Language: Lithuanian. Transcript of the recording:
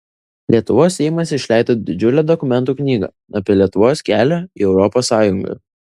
lietuvos seimas išleido didžiulę dokumentų knygą apie lietuvos kelią į europos sąjungą